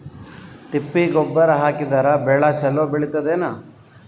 ತಿಪ್ಪಿ ಗೊಬ್ಬರ ಹಾಕಿದರ ಬೆಳ ಚಲೋ ಬೆಳಿತದೇನು?